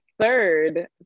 third